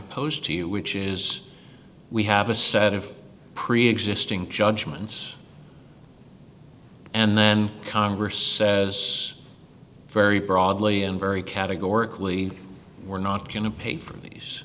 to you which is we have a set of preexisting judgments and then congress says very broadly and very categorically we're not going to pay for these